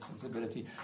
sensibility